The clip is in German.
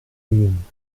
wien